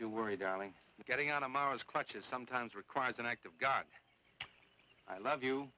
you worry darling getting out of mars clutches sometimes requires an act of god i love you